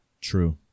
True